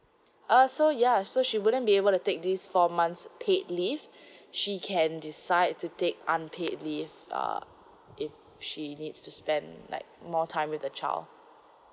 uh so ya so she wouldn't be able to take this four months paid leave she can decide to take unpaid leave uh if she needs to spend like more time with the child